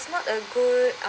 not a good um